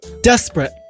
Desperate